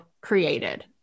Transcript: created